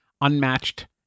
Unmatched